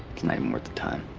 it's not even worth the time.